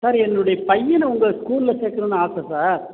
sir என்னுடைய பையனை உங்கள் ஸ்கூலில் சேர்க்கணுன்னு ஆசை சார்